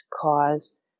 cause